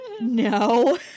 No